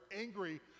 angry